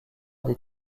des